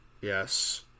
Yes